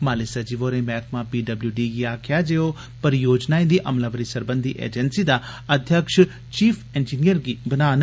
माली सचिव होरें मैह्कमा पीडब्ल्यूडी गी आखेआ जे ओ परियोजनाएं दी अमलावरी सरबंधी एजेंसी दा अध्यक्ष चीफ इंजीनियर गी बनान